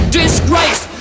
disgrace